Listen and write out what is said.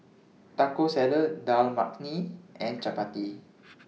Taco Salad Dal Makhani and Chapati